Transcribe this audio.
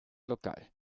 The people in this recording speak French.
locale